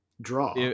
draw